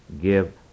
give